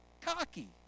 Cocky